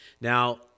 Now